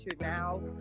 now